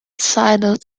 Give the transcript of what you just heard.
sidled